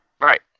Right